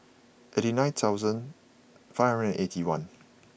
eighty nine thousand five hundred and eighty one